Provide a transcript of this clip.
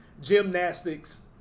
gymnastics